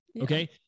Okay